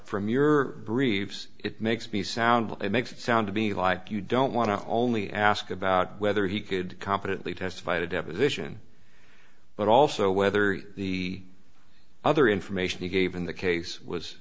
from your briefs it makes me sound it makes it sound to be like you don't want to only ask about whether he could competently testify at a deposition but also whether the other information he gave in the case was